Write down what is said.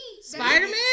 Spider-Man